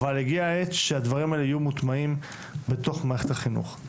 אבל הגיעה העת שהדברים האלה יהיו מוטמעים בתוך מערכת החינוך.